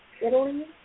Italy